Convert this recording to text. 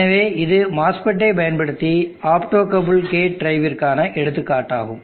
எனவே இது MOSFET ஐப் பயன்படுத்தி ஆப்டோகப்பிள்ட் கேட் டிரைவிற்கான எடுத்துக்காட்டு ஆகும்